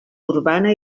urbana